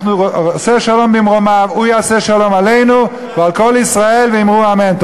עושה שלום במרומיו הוא יעשה שלום עלינו ועל כל ישראל ואמרו אמן.